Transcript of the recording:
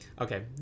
okay